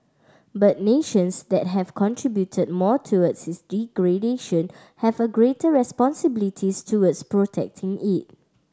but nations that have contributed more towards its degradation have a greater responsibilities towards protecting it